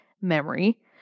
memory